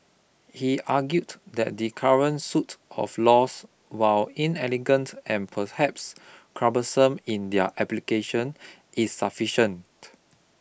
he argued that the current suite of laws while inelegant and perhaps cumbersome in their application is sufficient